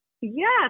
Yes